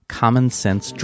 common-sense